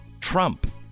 Trump